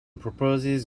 proposes